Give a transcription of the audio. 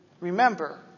remember